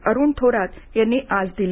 अरुण थोरात यांनी आज दिली